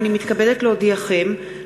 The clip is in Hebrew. הנני מתכבדת להודיעכם,